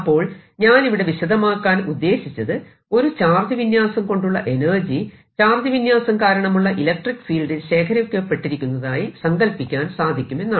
അപ്പോൾ ഞാനിവിടെ വിശദമാക്കാൻ ഉദ്ദേശിച്ചത് ഒരു ചാർജ് വിന്യാസം കൊണ്ടുള്ള എനർജി ചാർജ് വിന്യാസം കാരണമുള്ള ഇലക്ട്രിക്ക് ഫീൽഡിൽ ശേഖരിക്കപ്പെട്ടിരിക്കുന്നതായി സങ്കൽപ്പിക്കാൻ സാധിക്കുമെന്നാണ്